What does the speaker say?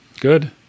good